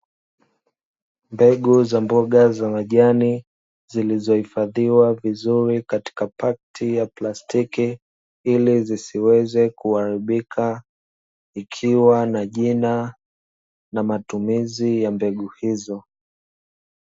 Mbegu za mboga za majani, zilizohifadhiwa vizuri katika pakti ya plastiki, ili zisiweze kuharibika, ikiwa na jina na matumizi ya mbegu hizo.